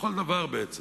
לכל דבר בעצם.